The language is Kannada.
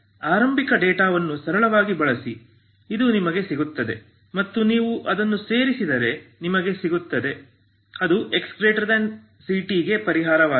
ಆರಂಭಿಕ ಡೇಟಾವನ್ನು ಸರಳವಾಗಿ ಬಳಸಿ ಇದು ನಿಮಗೆ ಸಿಗುತ್ತದೆ ಮತ್ತು ನೀವು ಅದನ್ನು ಸೇರಿಸಿದರೆ ನಿಮಗೆ ಸಿಗುತ್ತದೆ ಅದು xct ಗೆ ಪರಿಹಾರವಾಗಿದೆ